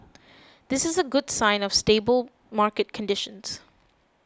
this is a good sign of stable market conditions